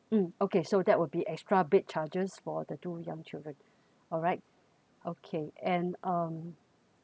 mm okay so that would be extra bed charges for the two young children alright okay and um